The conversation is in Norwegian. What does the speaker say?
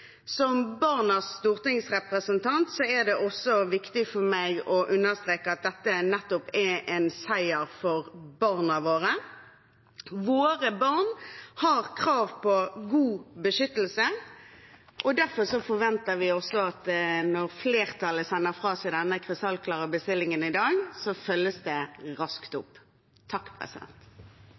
Som barnas stortingsrepresentant er det også viktig for meg å understreke at dette nettopp er en seier for barna våre. Våre barn har krav på god beskyttelse, og når flertallet sender fra seg denne krystallklare bestillingen i dag, forventer vi derfor at den følges opp raskt.